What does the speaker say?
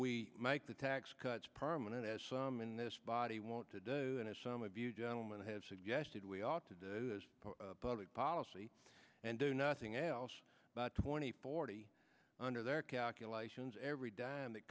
we make the tax cuts permanent as some in this body want to do and as some of you gentlemen have suggested we ought to do as public policy and do nothing else but twenty forty under their calculations every dime that